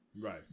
Right